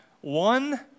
one